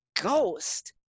ghost